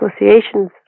associations